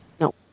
No